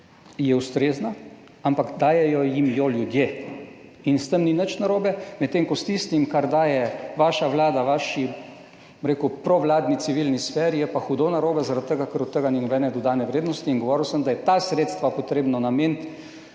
je ustrezna, ampak dajejo jim jo ljudje in s tem ni nič narobe, medtem ko je pa tisto, kar daje vaša vlada vaši, bom rekel, provladni civilni sferi, hudo narobe zaradi tega, ker od tega ni nobene dodane vrednosti. Govoril sem, da je treba ta sredstva nameniti